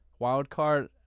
Wildcard